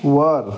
वर